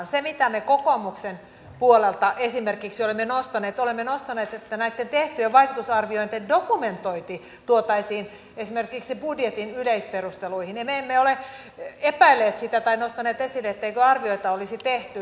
se mitä me kokoomuksen puolelta esimerkiksi olemme nostaneet on se että näitten tehtyjen vaikutusarvioiden dokumentointi tuotaisiin esimerkiksi budjetin yleisperusteluihin ja me emme ole epäilleet sitä tai nostaneet esille etteikö arvioita olisi tehty